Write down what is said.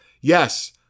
yes